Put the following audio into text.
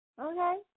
Okay